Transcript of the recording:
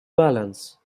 balance